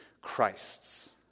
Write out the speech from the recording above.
Christs